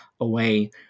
away